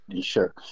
Sure